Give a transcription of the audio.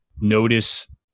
Notice